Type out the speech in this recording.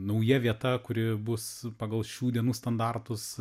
nauja vieta kuri bus pagal šių dienų standartus